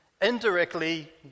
Indirectly